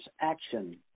action